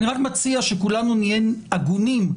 אני רק מציע שכולנו נהיה הגונים,